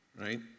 right